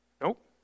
Nope